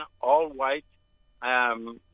all-white